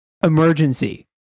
emergency